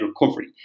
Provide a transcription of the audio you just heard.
recovery